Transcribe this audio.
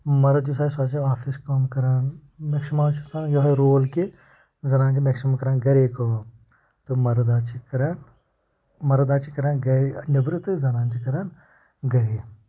مرٕد یُس آسہِ سُہ آسہِ آفِس کٲم کَران میکسِمَم چھِ آسان یہوے رول کہِ زنان چھِ میکسِمَم کَران گرے کٲم تہٕ مرد حظ چھِ کَران مرٕد حظ چھِ کَران گَرِ نٮ۪برٕ تہٕ زنانہٕ چھِ کَران گَرے